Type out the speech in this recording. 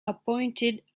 appointed